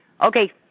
Okay